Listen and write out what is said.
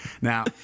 Now